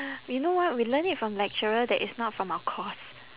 we know what we learned it from lecturer that is not from our course